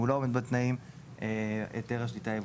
אם הוא לא עומד בתנאים היתר השליטה יבוטל.